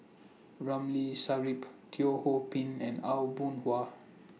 Ramli Sarip Teo Ho Pin and Aw Boon Haw